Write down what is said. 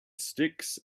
sticks